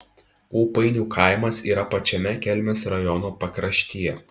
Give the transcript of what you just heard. ūpainių kaimas yra pačiame kelmės rajono pakraštyje